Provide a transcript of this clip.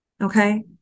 Okay